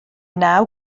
naw